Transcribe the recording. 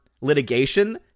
litigation